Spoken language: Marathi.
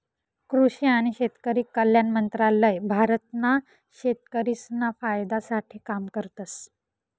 कृषि आणि शेतकरी कल्याण मंत्रालय भारत ना शेतकरिसना फायदा साठे काम करतस